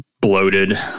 bloated